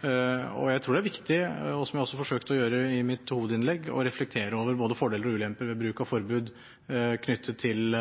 Jeg tror det er viktig å reflektere over – som jeg også forsøkte å gjøre i mitt hovedinnlegg – både fordeler og ulemper ved bruk av forbud knyttet til